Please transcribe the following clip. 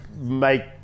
make